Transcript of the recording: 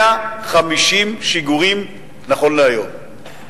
150 שיגורים נכון להיום.